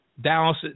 Dallas